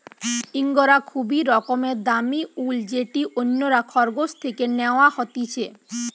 ইঙ্গরা খুবই রকমের দামি উল যেটি অন্যরা খরগোশ থেকে ন্যাওয়া হতিছে